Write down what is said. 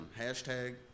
Hashtag